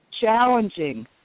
Challenging